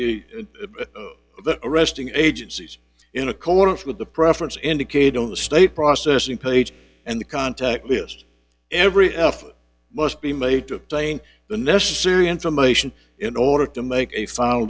the arresting agencies in accordance with the preference indicated on the state processing page and the contact list every effort must be made to tying the necessary information in order to make a final